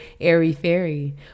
airy-fairy